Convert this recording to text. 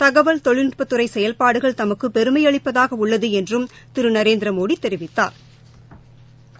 தகவல் தொழில்நுட்பத்துறை செயல்பாடுகள் நமக்குபெருமைஅளிப்பதாகஉள்ளதுஎன்றும் திருநரேந்திரமோடிதெரிவித்தாா்